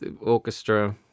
orchestra